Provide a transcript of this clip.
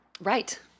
Right